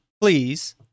please